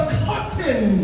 cotton